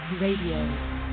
Radio